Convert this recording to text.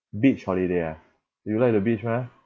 beach holiday ah you like the beach meh